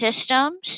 systems